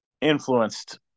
influenced